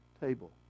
table